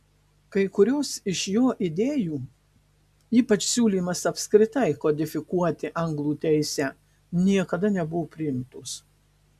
kai kurios iš jo idėjų ypač siūlymas apskritai kodifikuoti anglų teisę niekada nebuvo priimtos